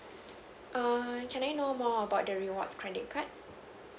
err can I know more about the rewards credit card